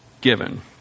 given